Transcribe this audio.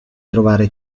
trovare